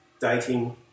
dating